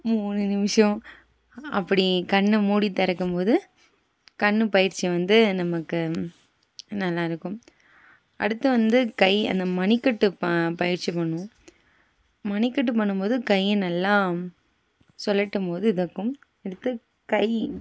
மூணு நிமிடம் அப்படி கண்ணை மூடி திறக்கும் போது கண்ணு பயிற்சி வந்து நமக்கு நல்லாயிருக்கும் அடுத்து வந்து கை அந்த மணிக்கட்டு ப பயிற்சி பண்ணுவோம் மணிக்கட்டு பண்ணும் போது கை நல்லா சூழட்டும்போது இதைக்கும் எடுத்து கை